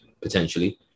potentially